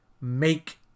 make